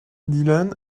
dylan